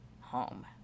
home